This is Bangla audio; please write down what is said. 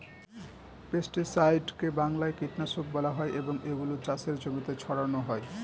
পেস্টিসাইডকে বাংলায় কীটনাশক বলা হয় এবং এগুলো চাষের জমিতে ছড়ানো হয়